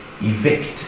evict